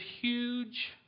huge